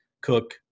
Cook